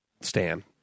Stan